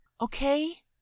okay